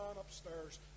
upstairs